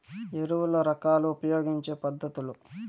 ఎరువుల రకాలు ఉపయోగించే పద్ధతులు?